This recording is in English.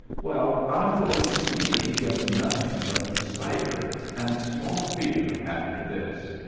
well, i'm going to see that he gets nothing but the cider and small beer after this.